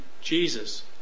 Jesus